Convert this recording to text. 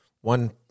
one